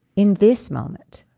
in this moment.